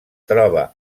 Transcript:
troba